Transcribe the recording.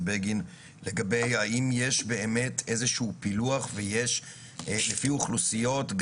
בגין לגבי האם יש באמת איזשהו פילוח לפי אוכלוסיות,